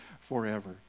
forever